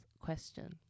question